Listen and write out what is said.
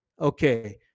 Okay